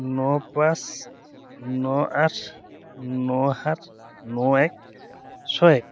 ন পাঁচ ন আঠ ন সাত ন এক ছয় এক